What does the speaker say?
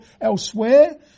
elsewhere